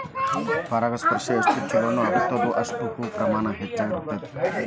ಪರಾಗಸ್ಪರ್ಶ ಎಷ್ಟ ಚುಲೋ ಅಗೈತೋ ಅಷ್ಟ ಹೂ ಪ್ರಮಾಣ ಹೆಚ್ಚಕೈತಿ